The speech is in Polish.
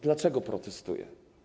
Dlaczego protestują?